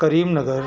کریم Nagar